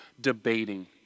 debating